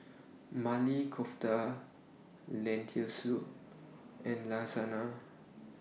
Maili Kofta Lentil Soup and Lasagna